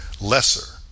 lesser